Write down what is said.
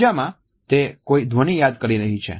બીજામાં તે કોઈ ધ્વનિ યાદ કરી રહી છે